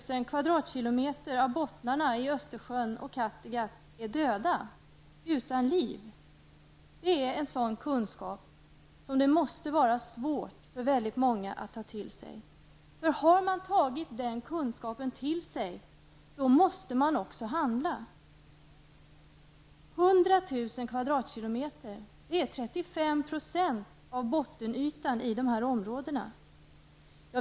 Att 100 000 km2 av bottnarna i Östersjön och Kattegatt är döda, utan liv är en sådan kunskap som det måste vara svårt för väldigt många att ta till sig, för har man gjort det, måste man också handla. 100 000 km2, det är 35 % av bottenytan i dessa områden.